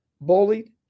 bullied